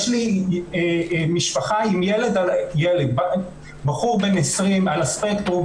יש לי משפחה עם בחור בן 20 על הספקטרום,